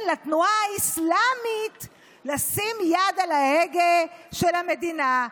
לתנועה האסלאמית לשים יד על ההגה של המדינה.